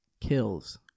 kills